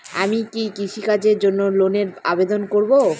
আমি কি কৃষিকাজের জন্য লোনের আবেদন করব?